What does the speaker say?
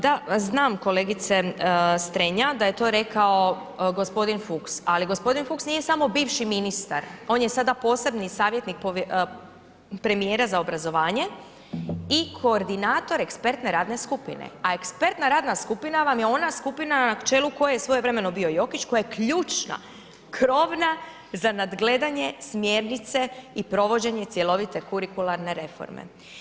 Da, znam kolegice Strenja da je to rekao gospodin Fuchs, ali gospodin Fuchs nije samo bivši ministar, on je sada posebni savjetnik premijera za obrazovanje i koordinator ekspertne radne skupine, a ekspertna radna skupina vam je ona skupina na čelu koje je svojevremeno bio Jokić koja je ključna, krovna za nadgledanje smjernice i provođenje cjelovite Kurikularne reforme.